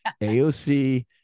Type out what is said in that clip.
AOC